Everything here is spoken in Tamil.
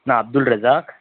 நான் அப்துல் ரஷாக்